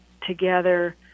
together